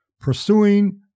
pursuing